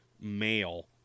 male